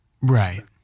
Right